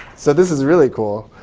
so this is really cool.